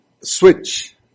switch